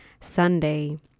Sunday